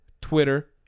twitter